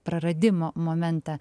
praradimo momentą